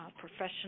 professional